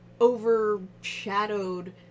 overshadowed